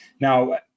Now –